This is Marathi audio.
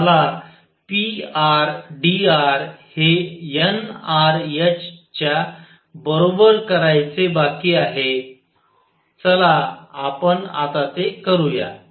मला pr dr हे nr h च्या बरोबर करायचे बाकी आहे चला आपण आता ते करू या